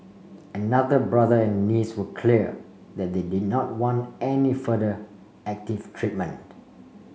another brother and a niece were clear that they did not want any further active treatment